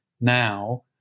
now